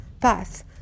path